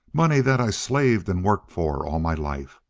money that i slaved and worked for all my life!